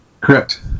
correct